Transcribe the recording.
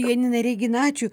ačiū janina regina ačiū